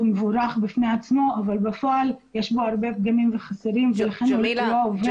מבורך בפני עצמו אבל בפועל יש בו הרבה פגמים וחסרים והוא לא עובד.